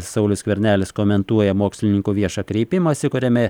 saulius skvernelis komentuoja mokslininko viešą kreipimąsi kuriame